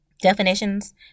definitions